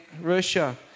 Russia